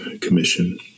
commission